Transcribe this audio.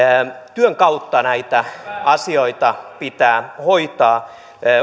työn kautta näitä asioita pitää hoitaa